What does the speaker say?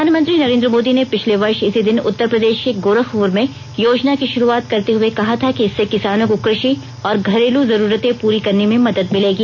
प्रधानमंत्री नरेन्द्र मोदी ने पिछले वर्ष इसी दिन उत्तर प्रदेश के गोरखपुर में योजना की शुरूआत करते हुए कहा था कि इससे किसानों को कृषि और घरेलू जरूरतें पूरी करने में मंदद भिलेगी